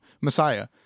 Messiah